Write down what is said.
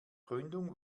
gründung